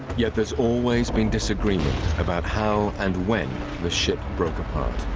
yet there's always been disagreement about how and when the ship broke apart